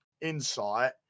insight